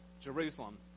Jerusalem